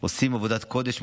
עושים עבודת קודש,